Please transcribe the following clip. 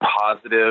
positive